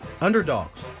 underdogs